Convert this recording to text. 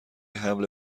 حمل